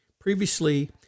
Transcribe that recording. Previously